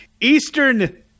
eastern